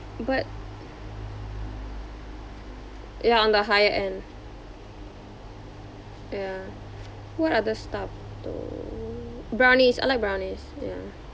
but ya on the higher end ya what other stuff though brownies I like brownies ya